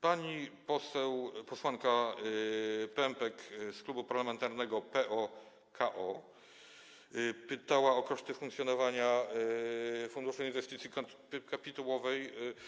Pani posłanka Pępek z Klubu Parlamentarnego PO-KO pytała o koszty funkcjonowania Funduszu Inwestycji Kapitałowych.